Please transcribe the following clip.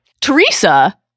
Teresa